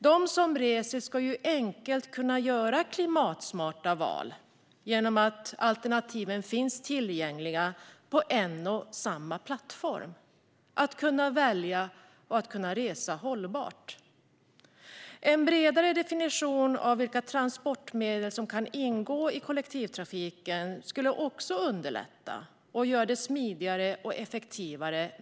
De som reser ska enkelt kunna göra klimatsmarta val genom att alternativen finns tillgängliga på en och samma plattform. Vi ska kunna välja att resa hållbart. En bredare definition av vilka transportmedel som kan ingå i kollektivtrafiken skulle också underlätta och göra transporter smidigare och effektivare.